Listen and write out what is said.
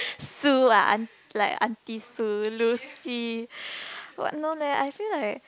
Sue ah aunt like aunty Sue Lucy what no leh I feel like